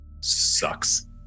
sucks